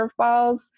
curveballs